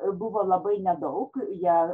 buvo labai nedaug jie